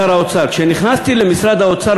שר האוצר: "כשנכנסתי למשרד האוצר,